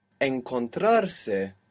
Encontrarse